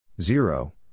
Zero